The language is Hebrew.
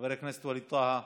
חבר הכנסת ווליד טאהא,